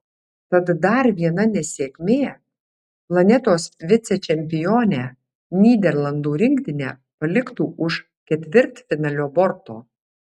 tad dar viena nesėkmė planetos vicečempionę nyderlandų rinktinę paliktų už ketvirtfinalio borto